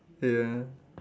ya